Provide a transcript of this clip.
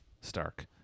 Stark